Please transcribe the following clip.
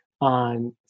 on